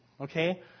Okay